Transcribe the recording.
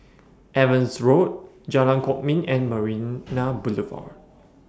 Evans Road Jalan Kwok Min and Marina Boulevard